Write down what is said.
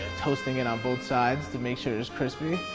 toasting it on both sides to make sure it's crispy,